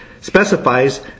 specifies